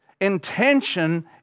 intention